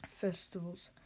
festivals